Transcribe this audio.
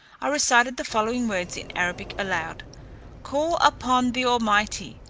recited the following words in arabic aloud call upon the almighty,